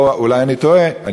או אולי אני טועה,